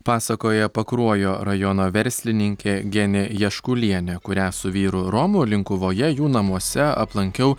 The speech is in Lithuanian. pasakoja pakruojo rajono verslininkė genė jaškulienė kurią su vyru romu linkuvoje jų namuose aplankiau